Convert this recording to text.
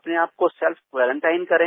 अपने आपको self quarantine करें